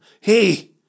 Hey